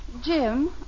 Jim